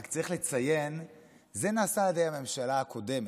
ורק צריך לציין שזה נעשה על ידי הממשלה הקודמת,